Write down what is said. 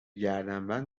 گردنبند